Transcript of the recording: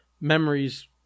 memories